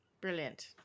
Brilliant